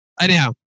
anyhow